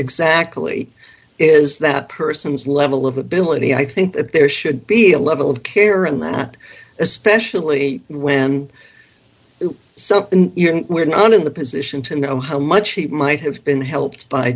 exactly is that person's level of ability i think that there should be a level of care and that especially when something we're not in the position to know how much he might have been helped by